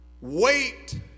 wait